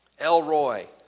Elroy